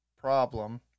problem